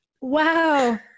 Wow